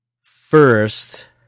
first